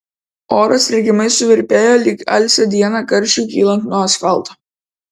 oras regimai suvirpėjo lyg alsią dieną karščiui kylant nuo asfalto